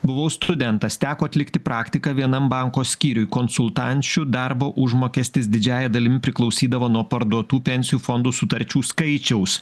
buvau studentas teko atlikti praktiką vienam banko skyriuj konsultančių darbo užmokestis didžiąja dalimi priklausydavo nuo parduotų pensijų fondų sutarčių skaičiaus